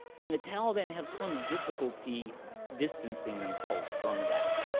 and the taliban have some difficulty distancing themselves from that.